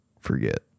forget